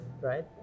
right